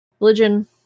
religion